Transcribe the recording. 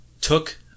Took